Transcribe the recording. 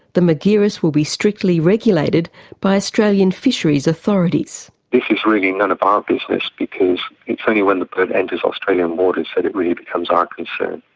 the margiris will be strictly regulated by australian fisheries authorities. this is really none of our business, because it's only when the boat enters australian waters that it really becomes our concern.